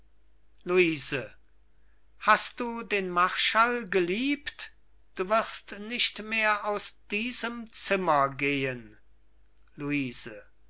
luise hast du den marschall geliebt du wirst nicht mehr aus diesem zimmer gehen luise